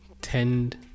tend